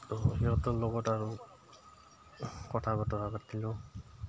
তো সিহঁতৰ লগত আৰু কথা বতৰা পাতিলোঁ